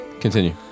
Continue